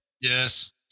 Yes